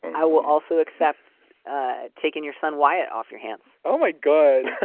i will also accept taking your son wyatt off your hands. oh, my god.